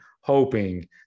hoping